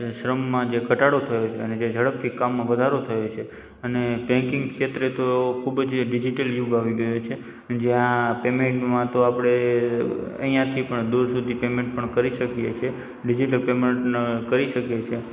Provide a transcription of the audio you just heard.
શ્રમમાં જે ઘટાડો થયો છે અને જે ઝડપથી કામમાં વધારો થયો છે અને બૅન્કિંગ ક્ષેત્રે તો ખૂબ જ ડિજિટલ યુગ આવી ગયો છે જ્યાં પેમેન્ટમાં તો આપણે અહીંયાથી પણ દૂર સુધી પણ પેમેન્ટ કરી શકીએ છીએ ડિજિટલ પેમેન્ટ કરી શકીએ છીએ